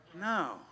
No